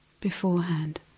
beforehand